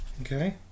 Okay